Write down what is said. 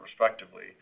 respectively